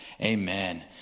amen